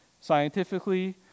Scientifically